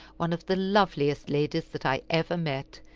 one of the loveliest ladies that i ever met,